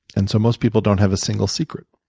and so most people don't have a single secret.